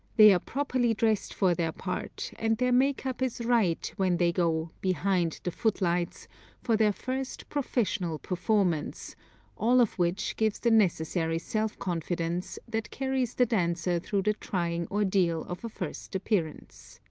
they are properly dressed for their part, and their makeup is right when they go behind the footlights for their first professional performance all of which gives the necessary self-confidence that carries the dancer through the trying ordeal of a first appearance.